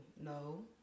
no